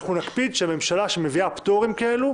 אנחנו נקפיד שממשלה שמביאה פטורים כאלה,